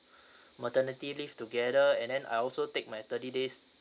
maternity leave together and then I also take my thirty days